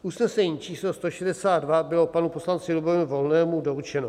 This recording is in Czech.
Usnesení číslo 162 bylo panu poslanci Lubomíru Volnému doručeno.